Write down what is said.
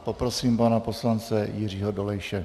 Poprosím pana poslance Jiřího Dolejše.